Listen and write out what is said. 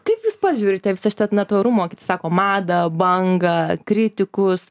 kaip jūs pats žiūrite visą šitą na tvarumo kaip sako madą bangą kritikus